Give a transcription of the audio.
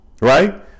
right